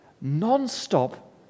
non-stop